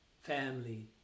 family